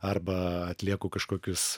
arba atlieku kažkokius